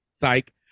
Psych